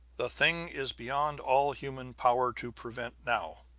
the thing is beyond all human power to prevent now.